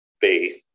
faith